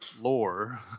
lore